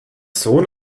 sohn